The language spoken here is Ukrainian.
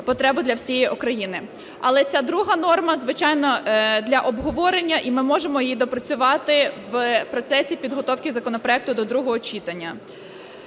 потреби для всієї України. Але ця друга норма, звичайно, для обговорення, і ми можемо її допрацювати в процесі підготовки законопроекту до другого читання.